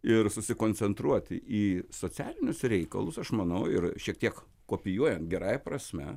ir susikoncentruoti į socialinius reikalus aš manau ir šiek tiek kopijuojant gerąja prasme